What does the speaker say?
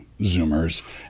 Zoomers